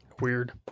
Weird